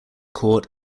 court